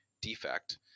defect